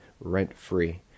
rent-free